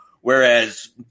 Whereas